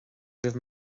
raibh